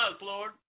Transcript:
Lord